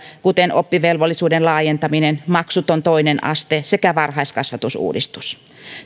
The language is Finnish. kuten oppivelvollisuuden laajentamisen maksuttoman toisen asteen sekä varhaiskasvatusuudistuksen